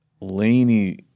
Laney